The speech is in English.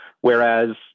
Whereas